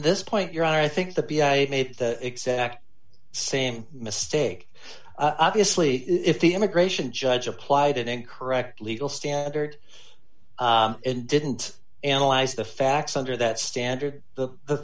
this point your honor i think the p i made the exact same mistake obviously if the immigration judge applied it in correct legal standard and didn't analyze the facts under that standard the the